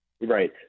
Right